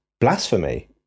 blasphemy